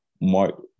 Mark